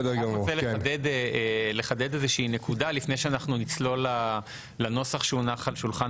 לפני שנצלול לנוסח שהונח על שולחן